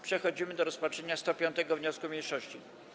Przechodzimy do rozpatrzenia 105. wniosku mniejszości.